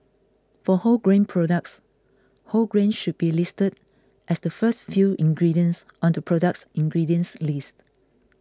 for wholegrain products whole grain should be listed as the first few ingredients on the product's ingredients list